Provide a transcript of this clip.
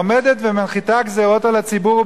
עומדת ומנחיתה גזירות על הציבור,